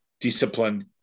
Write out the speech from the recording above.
disciplined